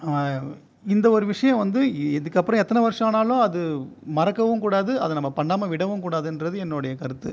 இந்த ஒரு விஷயம் வந்து இதுக்கு அப்புறம் எத்தனை வருஷம் ஆனாலும் அது மறக்கவும் கூடாது அதை நம்ம பண்ணாமல் விடவும் கூடாதுங்றது என்னுடைய கருத்து